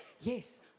yes